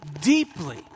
deeply